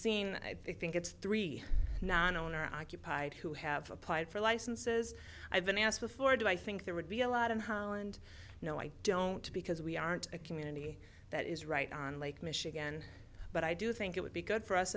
seen i think it's three non owner occupied who have applied for licenses i've been asked before do i think there would be a lot in holland no i don't because we aren't a community that is right on lake michigan but i do think it would be good for us